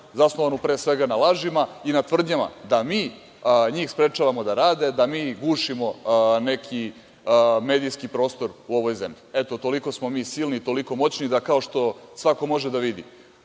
zasnovanu pre svega na lažima i na tvrdnjama da mi njih sprečavamo da rade, da mi gušimo neki medijski prostor u ovoj zemlji. Eto toliko smo mi silni, toliko moćni da kao što svako može da vidi,